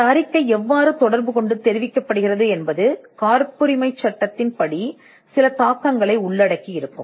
இந்த அறிக்கை எவ்வாறு தொடர்பு கொள்ளப்படுகிறது என்பது காப்புரிமைச் சட்டத்தில் சில தாக்கங்களை ஏற்படுத்தும்